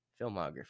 filmography